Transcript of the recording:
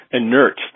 inert